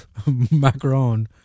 macaron